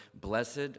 blessed